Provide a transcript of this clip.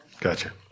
Gotcha